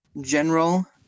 general